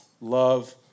love